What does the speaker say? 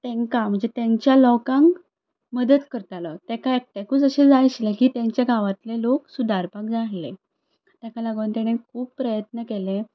तेंकां म्हणजे तेंच्या लोकांक मदत करतालो तेका एकट्याकूच अशें जाय आशिल्ले की तेंच्या गांवांतले लोक सुदारपाक जाय आसले तेका लागून तेणेन खूब प्रयत्न केले